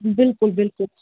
بِلکُل بِلکُل